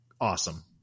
Awesome